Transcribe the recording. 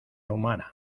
humana